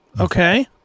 Okay